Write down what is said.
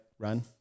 run